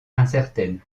incertaine